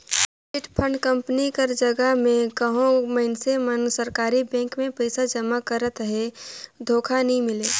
chit fund company कर जगहा में कहों मइनसे मन सरकारी बेंक में पइसा जमा करत अहें धोखा नी मिले